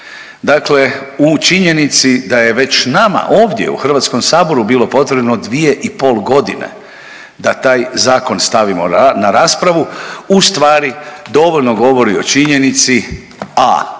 Dakle u činjenici da je već nama ovdje u HS-u bilo potrebno 2,5 godina da taj zakon stavimo na raspravu, ustvari dovoljno govori o činjenici,